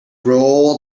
rolled